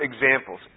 examples